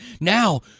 now